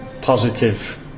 positive